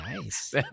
Nice